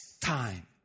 time